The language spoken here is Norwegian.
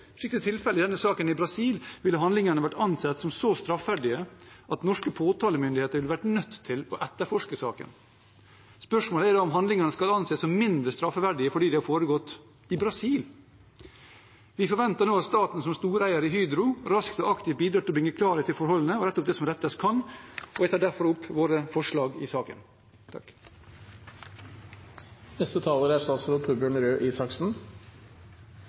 i denne saken i Brasil – ville handlingene vært ansett som så straffverdige at norske påtalemyndigheter ville vært nødt til å etterforske saken. Spørsmålet er om handlingene skal anses som mindre straffverdige fordi de har foregått i Brasil. Vi forventer nå at staten som storeier i Hydro raskt og aktivt bidrar til å bringe klarhet i forholdene og rette opp det som rettes kan. Jeg tar opp Miljøpartiet De Grønnes forslag i saken.